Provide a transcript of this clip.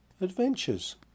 adventures